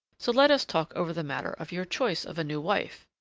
so let us talk over the matter of your choice of a new wife.